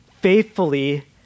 faithfully